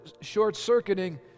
short-circuiting